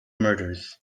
murders